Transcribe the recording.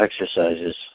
Exercises